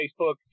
Facebook